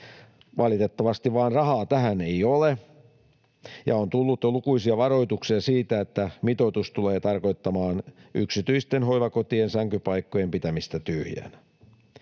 Valitettavasti vain rahaa tähän ei ole, ja on jo tullut lukuisia varoituksia siitä, että mitoitus tulee tarkoittamaan yksityisten hoivakotien sänkypaikkojen pitämistä tyhjänä.